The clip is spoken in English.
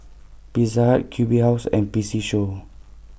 Pizza Q B House and P C Show